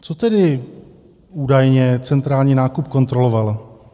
Co tedy údajně centrální nákup kontroloval?